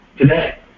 today